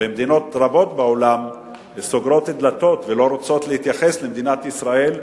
ומדינות רבות בעולם סוגרות דלתות ולא רוצות להתייחס למדינת ישראל,